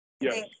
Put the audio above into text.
Yes